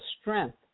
strength